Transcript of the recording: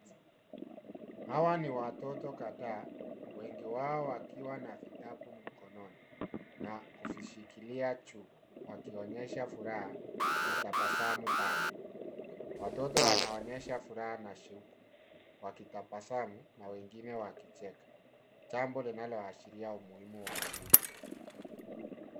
Hawa ni watoto kadhaa wengi wao wakiwa na vitabu mkononi na kuvishikilia juu wakionyesha furaha na tabasamu pana. Watoto wanaonyesha furaha na shuku wakitabasamu na wengine wakicheka. jambo linalo ashiria umuhimu wa elimu.